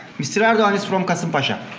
mr. erdogan is from kasimpasa,